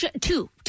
Two